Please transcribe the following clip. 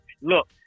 look